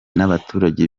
n’abaturage